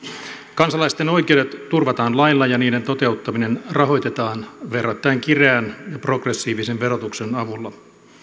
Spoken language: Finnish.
kansalaisten oikeudet turvataan lailla ja niiden toteuttaminen rahoitetaan verrattain kireän progressiivisen verotuksen avulla